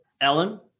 Ellen